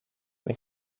δεν